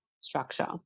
Structure